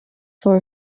for